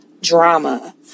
drama